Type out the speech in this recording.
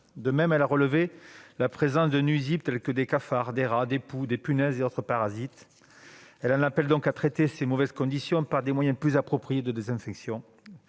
De même, elle a relevé la présence de nuisibles, tels que des cafards, des rats, des poux, des punaises ou autres parasites. Elle en appelle donc à traiter ces mauvaises conditions par des moyens plus appropriés de désinfection,